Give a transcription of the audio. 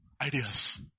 Ideas